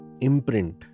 imprint